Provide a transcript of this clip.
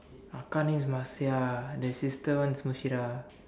akka name is Marsia the sister one is Mushirah